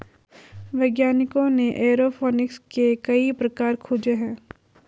वैज्ञानिकों ने एयरोफोनिक्स के कई प्रकार खोजे हैं